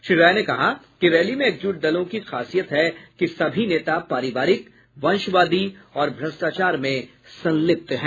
श्री राय ने कहा कि रैली में एकजुट दलों की खासियत है कि सभी नेता पारिवारिक वंशवादी और भ्रष्टाचार में संलिप्त हैं